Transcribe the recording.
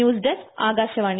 news desk Akashvani